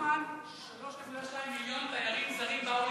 נחמן, 3.2 מיליון תיירים זרים באו לישראל.